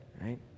right